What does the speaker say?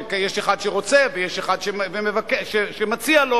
שיש אחד שרוצה ויש אחד שמציע לו,